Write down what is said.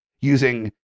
using